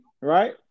right